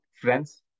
friends